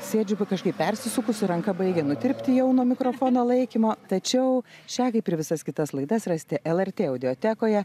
sėdžiu va kažkaip persisukusi ranka baigia nutirpti jau nuo mikrofono laikymo tačiau šią kaip ir visas kitas laidas rasti lrt audiotekoje